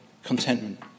Contentment